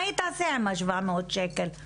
מה היא תעשה עם ה-700 שקל?